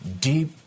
deep